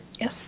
Yes